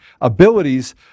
abilities